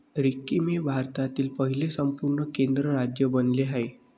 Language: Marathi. सिक्कीम हे भारतातील पहिले संपूर्ण सेंद्रिय राज्य बनले आहे